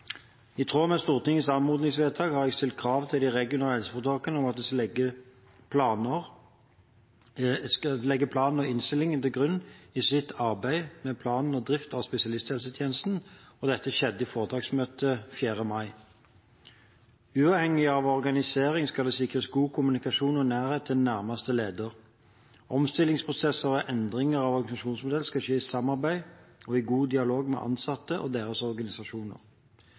I tråd med Stortingets anmodningsvedtak har jeg stilt krav til de regionale helseforetakene om at de skal legge planen og innstillingen til grunn i sitt arbeid med planer og drift av spesialisthelsetjenesten. Dette skjedde i foretaksmøtet 4. mai. Uavhengig av organisering skal det sikres god kommunikasjon og nærhet til nærmeste leder. Omstillingsprosesser og endringer av organisasjonsmodell skal skje i samarbeid og i god dialog med ansatte og deres organisasjoner.